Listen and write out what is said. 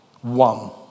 one